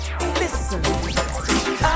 Listen